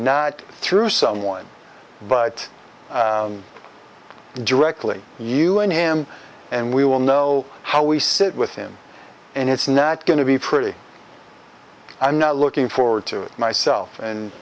not through someone but directly you and him and we will know how we sit with him and it's not going to be pretty i'm not looking forward to it myself